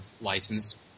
license